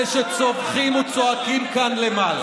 אלה שצווחים וצועקים כאן למעלה,